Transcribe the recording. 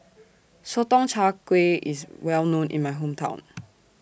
Sotong Char Kway IS Well known in My Hometown